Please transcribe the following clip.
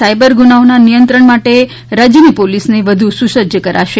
cyber ગુનાઓના નિયત્રંણ માટે રાજ્યની પોલીસને વધુ સુસજ્જ કરાશે